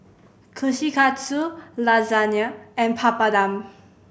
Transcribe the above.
Kushikatsu Lasagne and Papadum